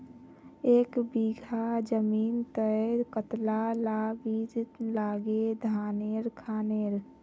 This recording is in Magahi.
एक बीघा जमीन तय कतला ला बीज लागे धानेर खानेर?